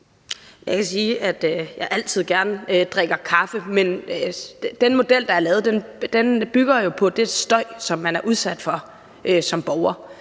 Jeg kan sige, at jeg altid gerne drikker kaffe, men den model, der er lavet, bygger jo på den støj, som man er udsat for som borger.